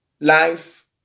life